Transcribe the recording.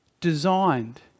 designed